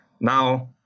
now